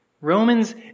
Romans